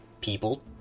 people